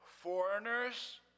Foreigners